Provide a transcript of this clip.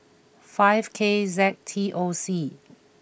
five K Z T O C